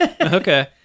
Okay